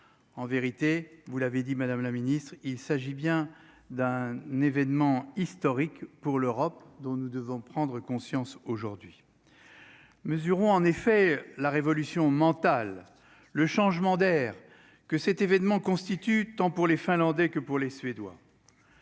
en vérité vous l'avez dit madame la ministre, il s'agit bien d'un événement historique pour l'Europe, dont nous devons prendre conscience aujourd'hui mesures ont, en effet, la révolution mentale, le changement d'air que cet événement constitue, tant pour les Finlandais que pour les Suédois